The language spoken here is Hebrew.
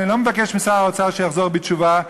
אני לא מבקש משר האוצר שיחזור בתשובה,